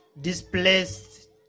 displaced